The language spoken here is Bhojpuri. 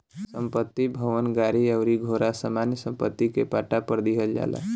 संपत्ति, भवन, गाड़ी अउरी घोड़ा सामान्य सम्पत्ति के पट्टा पर दीहल जाला